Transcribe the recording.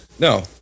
No